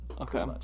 Okay